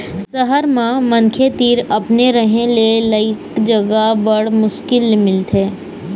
सहर म मनखे तीर अपने रहें के लइक जघा बड़ मुस्कुल ल मिलथे